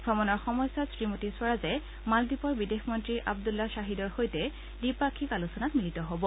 ভ্ৰমণৰ সময়ছোৱাত শ্ৰীমতী স্বৰাজে মালদ্বীপৰ বিদেশমন্ত্ৰী আব্দুল্লা খাহীদৰ সৈতে দ্বিপাক্ষিক আলোচনাত মিলিত হব